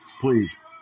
Please